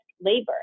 labor